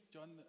John